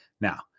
Now